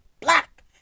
black